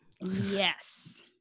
Yes